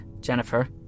Jennifer